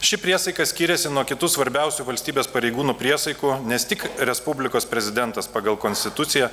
ši priesaika skiriasi nuo kitų svarbiausių valstybės pareigūnų priesaikų nes tik respublikos prezidentas pagal konstituciją